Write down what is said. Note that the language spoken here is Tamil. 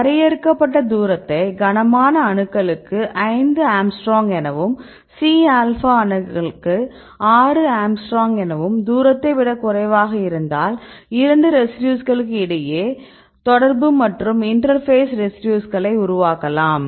வரையறுக்கப்பட்ட தூரத்தை கனமான அணுக்களுக்கு 5 ஆங்ஸ்ட்ரோம் எனவும் C ஆல்பா அணுக்களுக்கு 6 ஆங்ஸ்ட்ரோம் தூரத்தை விட குறைவாக இருந்தால் 2 ரெசிடியூஸ்களுக்கு இடையே தொடர்பு மற்றும் இன்டெர் பேஸ் ரெசிடியூஸ்கள் உருவாக்கலாம்